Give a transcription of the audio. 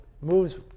moves